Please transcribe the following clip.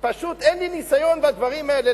פשוט אין לי ניסיון בדברים האלה,